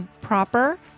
Proper